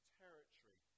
territory